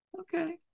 okay